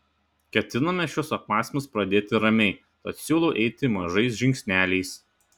ketiname šiuos apmąstymus pradėti ramiai tad siūlau eiti mažais žingsneliais